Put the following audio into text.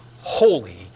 holy